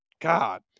god